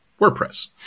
wordpress